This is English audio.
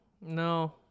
No